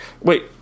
wait